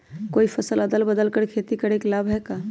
कोई फसल अदल बदल कर के खेती करे से लाभ है का?